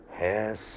Yes